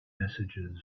messages